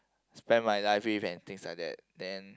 spend my life with and things like that then